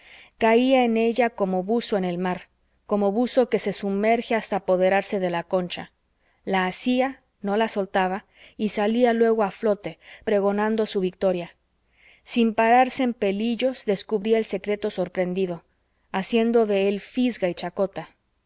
caía en ella como el buzo en el mar como buzo que se sumerge hasta apoderarse de la concha la asía no la soltaba y salía luego a flote pregonando su victoria sin pararse en pelillos descubría el secreto sorprendido haciendo de él fisga y chacota